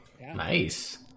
Nice